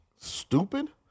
stupid